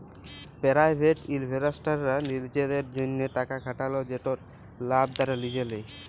private ইলভেস্টাররা লিজেদের জ্যনহে টাকা খাটাল যেটর লাভ তারা লিজে লেই